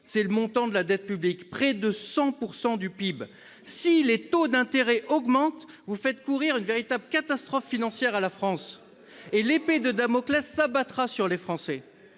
son montant réel ! Près de 100 % du PIB ! Si les taux d'intérêt augmentent, vous faites courir une véritable catastrophe financière à la France ! L'épée de Damoclès s'abattra alors sur les Français.